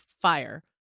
fire